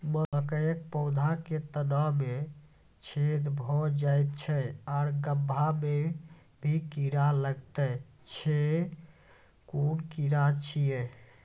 मकयक पौधा के तना मे छेद भो जायत छै आर गभ्भा मे भी कीड़ा लागतै छै कून कीड़ा छियै?